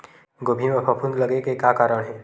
गोभी म फफूंद लगे के का कारण हे?